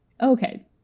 Okay